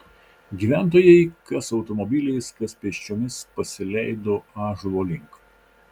gyventojai kas automobiliais kas pėsčiomis pasileido ąžuolo link